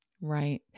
Right